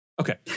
Okay